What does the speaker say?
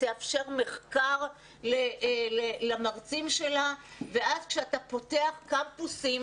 שתאפשר מחקר למרצים שלה ואז כשאתה פותח קמפוסים